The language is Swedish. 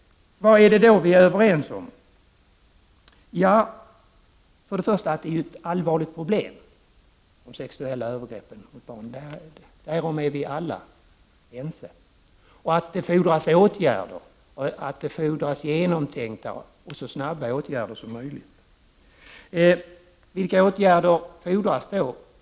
Vad är vi då överens om? Till att börja med är det ju ett allvarligt problem. Därom är vi alla ense. Vi är överens om att det fordras åtgärder, genomtänkta och så snabba åtgärder som möjligt. Vilka åtgärder fordras då?